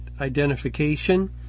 identification